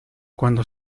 cuando